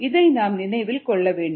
இதை நாம் நினைவில் கொள்ள வேண்டும்